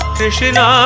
Krishna